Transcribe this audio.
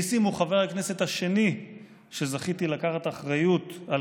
ניסים הוא חבר הכנסת השני שזכיתי לקחת אחריות על